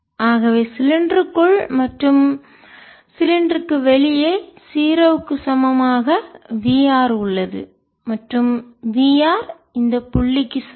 ஆகவே சிலிண்டருக்குள் மற்றும் சிலிண்டருக்கு வெளியே 0 க்கு சமமாக v r உள்ளது மற்றும் v r இந்த புள்ளிக்கு சமம்